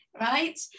right